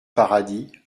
paradis